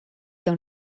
dans